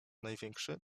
największy